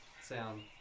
sound